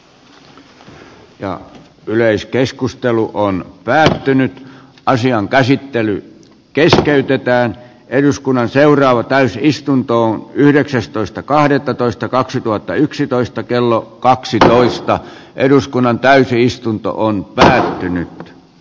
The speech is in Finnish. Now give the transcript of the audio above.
pääluokan ja asian käsittely keskeytetään eduskunnan seuraava istunto on yhdeksästoista kahdettatoista kaksituhattayksitoista kello kaksitoista eduskunnan täysistuntoon lähin